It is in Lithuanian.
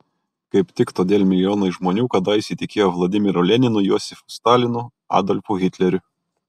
kaip tik todėl milijonai žmonių kadaise įtikėjo vladimiru leninu josifu stalinu adolfu hitleriu